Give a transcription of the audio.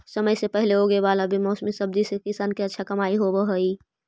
समय से पहले उगे वाला बेमौसमी सब्जि से किसान के अच्छा कमाई होवऽ हइ